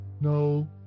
No